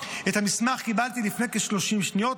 את המסמך קיבלתי לפני 30 שניות,